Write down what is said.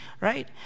Right